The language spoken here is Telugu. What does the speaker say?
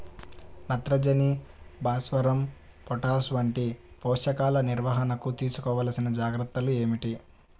నత్రజని, భాస్వరం, పొటాష్ వంటి పోషకాల నిర్వహణకు తీసుకోవలసిన జాగ్రత్తలు ఏమిటీ?